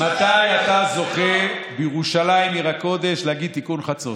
מתי אתה זוכה בירושלים עיר הקודש להגיד תיקון חצות?